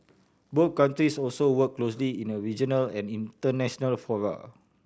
both countries also work closely in a regional and international fora